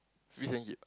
fish and chip